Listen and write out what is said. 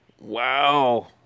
Wow